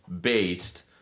based